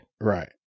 Right